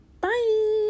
Bye